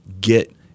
get